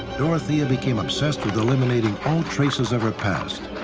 dorothea became obsessed with eliminating all traces of her past.